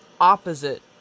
opposite